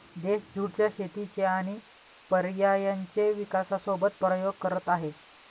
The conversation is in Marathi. देश ज्युट च्या शेतीचे आणि पर्यायांचे विकासासोबत प्रयोग करत आहे